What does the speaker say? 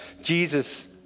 Jesus